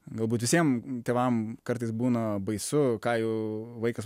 galbūt visiem tėvam kartais būna baisu ką jų vaikas